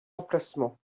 emplacement